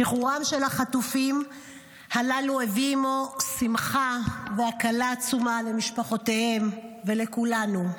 שחרורם של החטופים הללו הביא עימו שמחה והקלה עצומה למשפחותיהם ולכולנו.